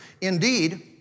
indeed